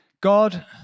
God